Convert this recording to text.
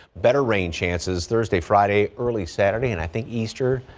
better rain chances thursday friday early saturday, and i think easter.